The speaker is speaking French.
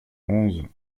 onze